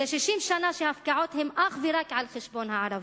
זה 60 שנה שההפקעות הן אך ורק על-חשבון הערבים,